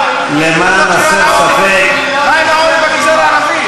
איך בכל הנאום הזה לא אמרת מילה על נשיא המדינה?